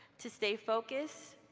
to stay focused,